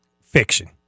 Fiction